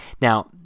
Now